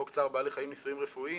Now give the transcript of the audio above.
חוק צער בעלי חיים (ניסויים רפואיים),